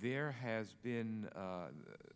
there has been